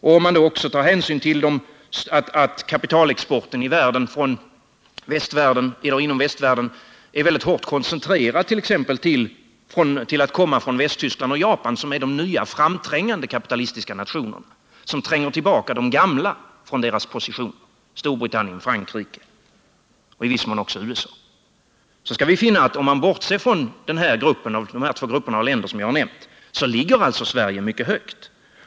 Vi måste också ta hänsyn till att kapitalexporten inom västvärlden är mycket hårt koncentrerad till att komma från Västtyskland och Japan, som är de nya framträngande kapitalistiska nationerna och tränger tillbaka de gamla, Storbritannien och Frankrike och i viss mån också USA, från deras positioner. Om vi bortser från de här två grupperna av länder skall vi finna att Sverige ligger mycket högt.